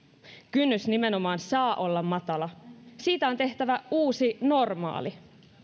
kynnys nimenomaan saa olla matala siitä on tehtävä uusi normaali